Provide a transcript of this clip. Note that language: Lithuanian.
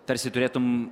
tarsi turėtum